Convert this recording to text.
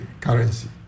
currency